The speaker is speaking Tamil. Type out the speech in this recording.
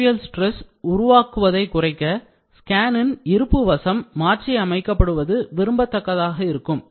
Residual stress உருவாக்குவதை குறைக்க ஸ்கேனின் இருப்பு வசம் மாற்றி அமைக்கப்படுவது விரும்பத்தக்கதாக இருக்கும்